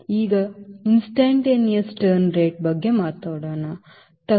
ಈಗ ತತ್ಕ್ಷಣದ ತಿರುವು ದರದಲ್ಲಿ